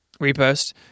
repost